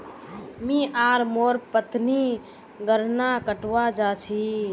मी आर मोर पत्नी गन्ना कटवा जा छी